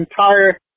entire